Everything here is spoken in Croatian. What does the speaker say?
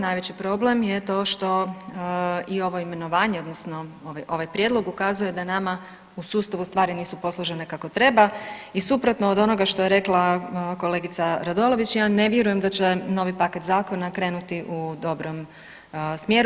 Najveći problem je to što i ovo imenovanje odnosno ovaj prijedlog ukazuje da nama u sustavu stvari nisu posložene kako treba i suprotno od onoga što je rekla kolegica Radolović ja ne vjerujem da će novi paket zakona krenuti u dobrom smjeru.